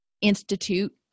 institute